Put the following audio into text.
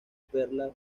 perlas